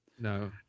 No